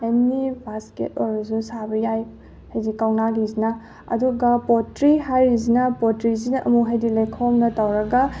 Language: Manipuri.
ꯑꯦꯅꯤ ꯕꯥꯁꯀꯦꯠ ꯑꯣꯏꯔꯁꯨ ꯁꯥꯕ ꯌꯥꯏ ꯍꯥꯏꯗꯤ ꯀꯧꯅꯥꯒꯤꯁꯤꯅ ꯑꯗꯨꯒ ꯄꯣꯠꯇ꯭ꯔꯤ ꯍꯥꯏꯔꯤꯁꯤꯅ ꯄꯣꯠꯇ꯭ꯔꯤꯁꯤꯅ ꯑꯃꯨꯛ ꯍꯥꯏꯗꯤ ꯂꯩꯈꯣꯝꯅ ꯇꯧꯔꯒ